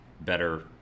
better